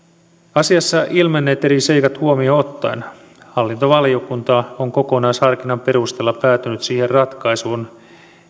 asiassa ilmenneet eri seikat huomioon ottaen hallintovaliokunta on kokonaisharkinnan perusteella päätynyt siihen ratkaisuun